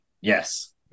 Yes